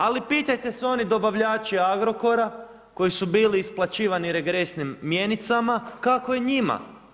Ali pitajte jesu oni dobavljači Agrokora koji su bili isplaćivani regresnim mjenicama kako je njima.